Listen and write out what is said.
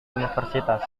universitas